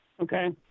okay